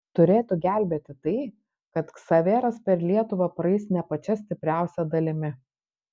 turėtų gelbėti tai kad ksaveras per lietuvą praeis ne pačia stipriausia dalimi